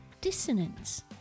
dissonance